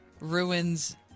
ruins